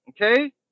Okay